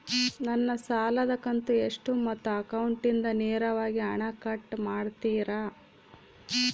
ನನ್ನ ಸಾಲದ ಕಂತು ಎಷ್ಟು ಮತ್ತು ಅಕೌಂಟಿಂದ ನೇರವಾಗಿ ಹಣ ಕಟ್ ಮಾಡ್ತಿರಾ?